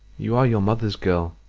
you are your mother's girl,